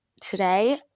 today